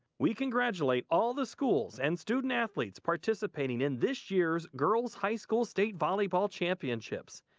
we congratulate all the schools and student athletes participating in this year's girls high school state volleyball championships.